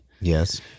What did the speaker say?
Yes